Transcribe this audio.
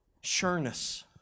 Sureness